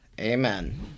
Amen